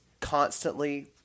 constantly